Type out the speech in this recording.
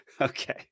Okay